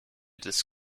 des